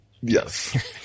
Yes